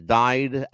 died